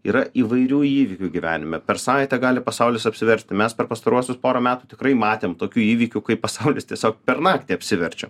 yra įvairių įvykių gyvenime per savaitę gali pasaulis apsiversti mes per pastaruosius porą metų tikrai matėm tokių įvykių kai pasaulis tiesiog per naktį apsiverčia